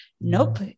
Nope